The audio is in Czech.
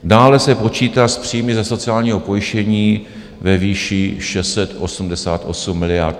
Dále se počítá s příjmy ze sociálního pojištění ve výši 688 miliard.